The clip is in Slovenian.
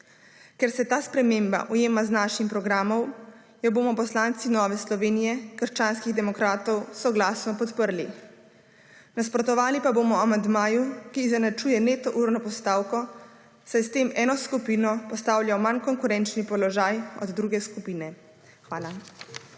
Ker se ta sprememba ujema z našim programom, jo bomo poslanci Nove Slovenije – krščanskih demokratov soglasno podprli. Nasprotovali pa bomo amandmaju, ki izenačuje neto urno postavko, saj s tem eno skupino postavlja v manj konkurenčni položaj od druge skupine. Hvala.